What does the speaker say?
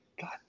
God